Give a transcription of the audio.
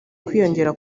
ukwiyongera